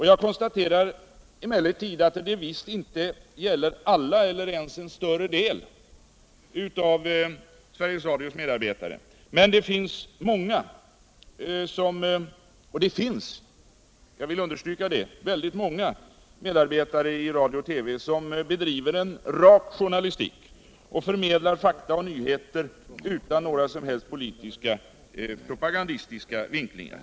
Jag konstaterar emellertid att det visst inte gäller alla eller ens en större del av Sveriges Radios medarbetare. Det finns —- jag vill understryka det — väldigt många medarbetare i radio och TV som bedriver en ”rak” journalistik och förmedlar fakta och nyheter utan några som helst politiskt propagandistiska vinklingar.